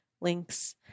links